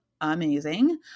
amazing